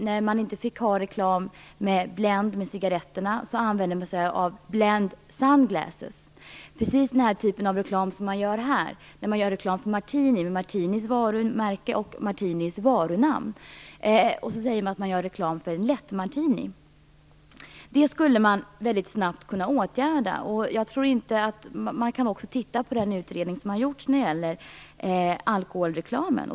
När Blend inte fick göra reklam för cigaretterna av märket Blend använde man sig av Blend sunglasses. Det är precis samma typ av reklam man gör för Martini, med Martinis varumärke och varunamn, som sägs vara reklam för lättmartini. Sådant skulle man snabbt kunna åtgärda. Man kan också studera den utredning som har gjorts om alkoholreklam.